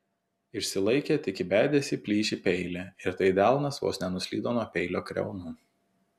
išsilaikė tik įbedęs į plyšį peilį ir tai delnas vos nenuslydo nuo peilio kriaunų